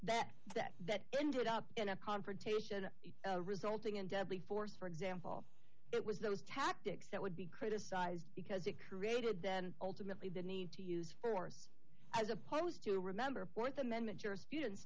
that that that ended up in a confrontation resulting in deadly force for example it was those tactics that would be criticized because it created then ultimately the need to use force as opposed to remember what the amendment jurispruden